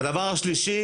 והדבר השלישי,